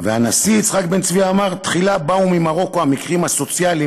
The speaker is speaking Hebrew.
הנשיא יצחק בן-צבי אמר: "תחילה באו ממרוקו המקרים הסוציאליים.